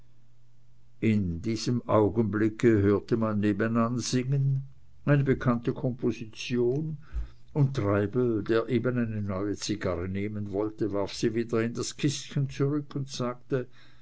in diesem augenblicke hörte man nebenan singen eine bekannte komposition und treibel der eben eine neue zigarre nehmen wollte warf sie wieder in das kistchen zurück und sagte